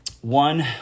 one